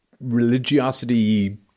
religiosity